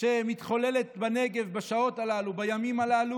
שמתחוללת בנגב בשעות הללו, בימים הללו,